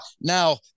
Now